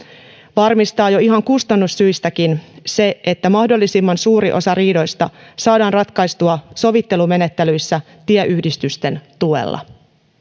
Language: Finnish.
varmistaa jo ihan kustannussyistäkin se että mahdollisimman suuri osa riidoista saadaan ratkaistua sovittelumenettelyissä tieyhdistysten tuella